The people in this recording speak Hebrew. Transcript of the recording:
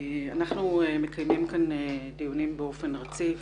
אנחנו מקיימים כאן דיונים באופן רציף,